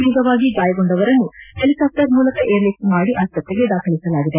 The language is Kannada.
ತೀವ್ರವಾಗಿ ಗಾಯಗೊಂಡವರನ್ನು ಹೆಲಿಕಾಪ್ಟರ್ ಮೂಲಕ ಏರ್ಲಿಫ್ಟ್ ಮಾಡಿ ಆಸ್ಪತ್ರೆಗೆ ದಾಖಲಿಸಲಾಗಿದೆ